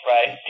Right